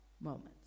moments